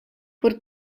por